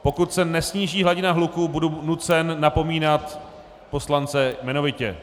Pokud se nesníží hladina hluku, budu nucen napomínat poslance jmenovitě.